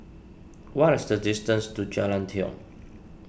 what is the distance to Jalan Tiong